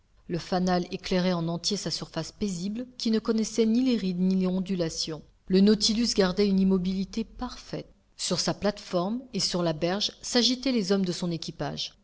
le fanal éclairait en entier sa surface paisible qui ne connaissait ni les rides ni les ondulations le nautilus gardait une immobilité parfaite sur sa plate-forme et sur la berge s'agitaient les hommes de son équipage